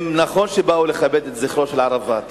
נכון שהם באו לכבד את זכרו של ערפאת,